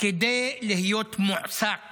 כדי להיות מועסק